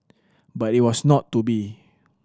but it was not to be